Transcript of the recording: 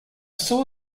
saw